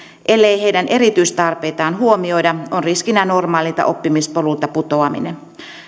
ellei heidän erityistarpeitaan huomioida on riskinä normaalilta oppimispolulta putoaminen